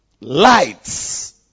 Lights